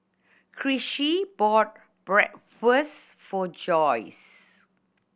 Chrissie bought Bratwurst for Joyce